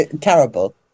Terrible